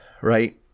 right